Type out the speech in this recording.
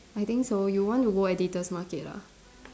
I think so you want to go Editor's Market ah